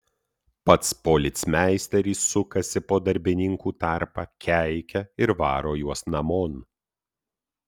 pats policmeisteris sukasi po darbininkų tarpą keikia ir varo juos namon